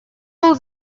был